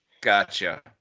Gotcha